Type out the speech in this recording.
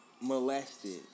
molested